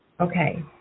Okay